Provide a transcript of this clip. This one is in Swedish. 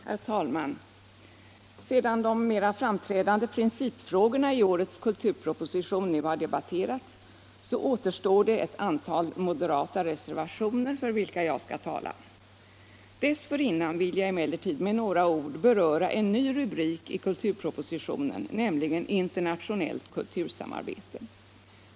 Herr talman! Sedan de mera framträdande principfrågorna i årets kulturproposition nu har debatterats, återstår det ett antal moderata reservationer för vilka jag skall tala. Dessförinnan vill jag emellertid med några ord beröra en ny rubrik i kulturpropositionen, nämligen Internationellt kultursamarbete.